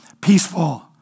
Peaceful